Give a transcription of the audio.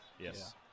yes